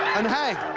and hey,